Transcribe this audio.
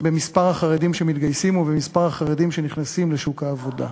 במספר החרדים שמתגייסים ובמספר החרדים שנכנסים לשוק העבודה.